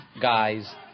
guys